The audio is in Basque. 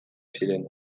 ziren